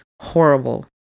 horrible